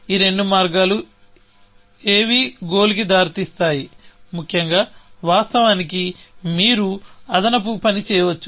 ఈ రెండు మార్గాలు ఏవీ గోల్ కి దారితీస్తాయి ముఖ్యంగా వాస్తవానికి మీరు అదనపు పని చేయవచ్చు